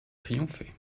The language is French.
triomphé